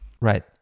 right